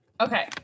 Okay